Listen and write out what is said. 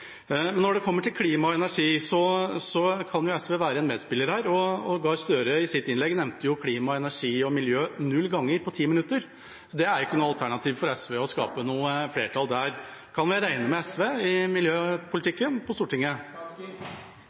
men det skaper også en skattebyrde, som SV legger opp til, hvis en vil skattlegge de stadig færre som er i jobb. Det er en utfordring for fellesskapet. Når det kommer til klima og energi, kan SV være en medspiller. Gahr Støre nevnte i sitt innlegg «klima», «energi» og «miljø» null ganger på ti minutter. Det er vel ikke noe alternativ for SV da å skape